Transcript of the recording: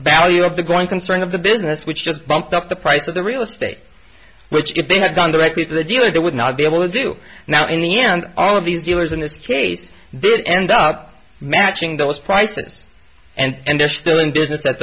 value of the growing concern of the business which just bumped up the price of the real estate which if they had gone directly to the dealer they would not be able to do now any and all of these dealers in this case then end up matching those prices and they're still in business